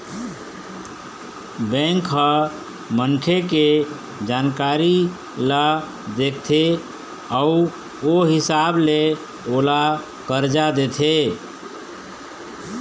bank ह मनखे के जानकारी ल देखथे अउ ओ हिसाब ले ओला करजा देथे